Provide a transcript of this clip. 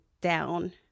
down